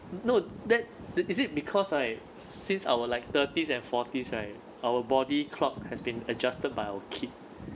no that is it because right since our like thirties and forties right our body clock has been adjusted by our kid